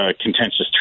contentious